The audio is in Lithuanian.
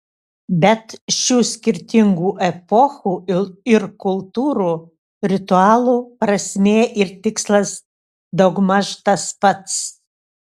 bet šių skirtingų epochų ir kultūrų ritualų prasmė ir tikslas daugmaž tas pats